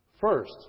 First